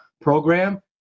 program